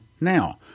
now